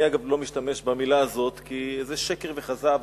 אני, אגב, לא משתמש במלה הזו, כי זה שקר וכזב.